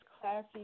classy